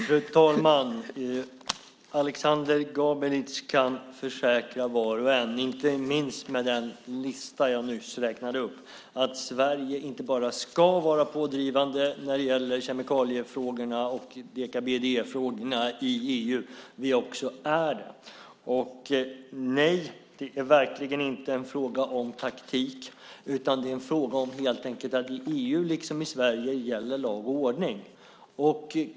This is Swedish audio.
Fru talman! Aleksander Gabelic kan försäkra var och en, inte minst med den lista jag nyss räknade upp, att Sverige inte bara ska vara pådrivande när det gäller kemikaliefrågorna och deka-BDE-frågorna i EU utan också är det. Nej, det är verkligen inte fråga om taktik. Det är helt enkelt fråga om att i EU liksom i Sverige gäller lag och ordning.